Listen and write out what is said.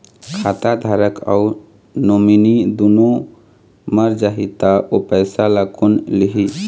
खाता धारक अऊ नोमिनि दुनों मर जाही ता ओ पैसा ला कोन लिही?